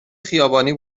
خیابانی